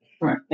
Right